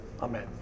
Amen